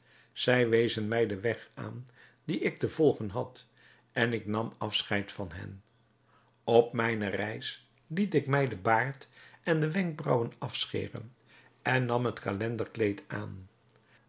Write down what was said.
zij wezen mij den weg aan dien ik te volgen had en ik nam afscheid van hen op mijne reis liet ik mij den baard en de wenkbraauwen afscheren en nam het calenderkleed aan